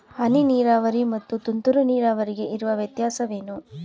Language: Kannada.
ಹನಿ ನೀರಾವರಿ ಮತ್ತು ತುಂತುರು ನೀರಾವರಿಗೆ ಇರುವ ವ್ಯತ್ಯಾಸವೇನು?